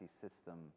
system